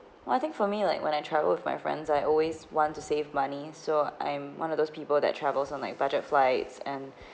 I think for me like when I travel with my friends I always want to save money so I'm one of those people that travels on like budget flights and